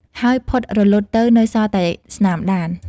ហើយផុតរលត់ទៅ នៅសល់តែស្នាមដាន។